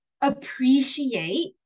appreciate